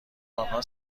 آنها